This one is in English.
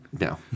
No